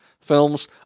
films